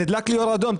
נדלק לי אור אדום,